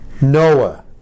Noah